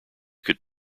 could